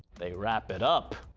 they wrap it up.